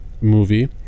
movie